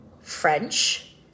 French